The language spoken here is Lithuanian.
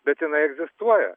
bet jinai egzistuoja